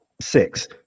six